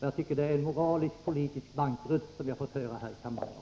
Jag tycker att det är en moralisk-politisk bankrutt som vi har fått uppleva här i kammaren i dag.